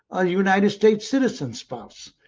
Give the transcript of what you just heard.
a united states citizen spouse.